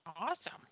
Awesome